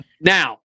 Now